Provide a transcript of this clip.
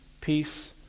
peace